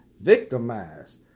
victimized